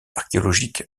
archéologique